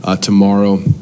tomorrow